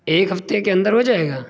ایک ہفتے کے اندر ہو جائے گا